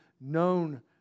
known